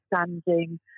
understanding